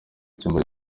cyumba